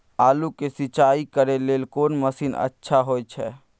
आलू के सिंचाई करे लेल कोन मसीन अच्छा होय छै?